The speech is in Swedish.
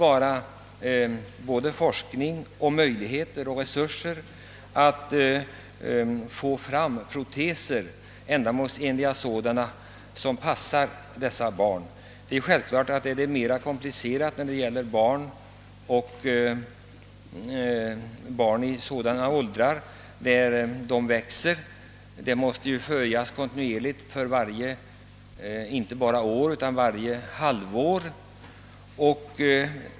Vad som saknas är forskning, möjligheter och resurser för att få fram ändamålsenliga proteser. Det är självklart att problemet blir mer komplicerat då det gäller barn som växer. Deras utveckling måste ju följas kontinuerligt, inte bara varje år utan varje halvår.